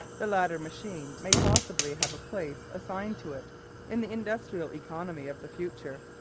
the latter machine may possibly have a place assigned to it in the industrial economy of the future,